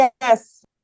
yes